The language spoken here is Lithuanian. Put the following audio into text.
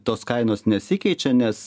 tos kainos nesikeičia nes